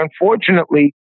unfortunately